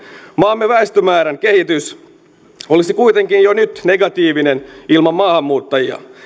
maamme väestömäärän kehitys olisi kuitenkin jo nyt negatiivinen ilman maahanmuuttajia